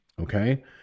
Okay